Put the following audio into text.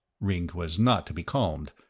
ringg was not to be calmed.